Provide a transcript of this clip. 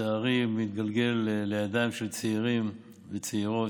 שלצערי מתגלגל לידיים של צעירים וצעירות,